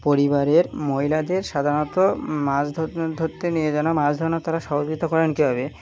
পরিবারের মহিলাদের সাধারণত মাছ ধরতে গিয়ে যেন মাছ ধরানো তারা সহযোগিতা করেন কীভাবে